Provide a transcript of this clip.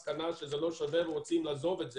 למסקנה שזה לא שווה והם רוצים לעזוב את זה,